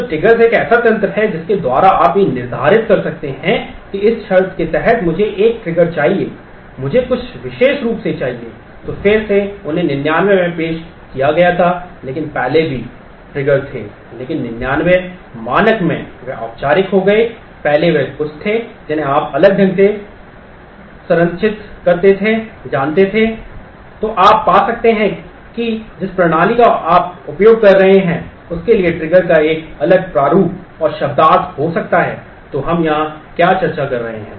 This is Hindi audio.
तो ट्रिगर्स एक ऐसा तंत्र है जिसके द्वारा आप यह निर्धारित कर सकते हैं कि इस शर्त के तहत मुझे एक ट्रिगर का एक अलग प्रारूप और शब्दार्थ हो सकता है तो हम यहाँ क्या चर्चा कर रहे हैं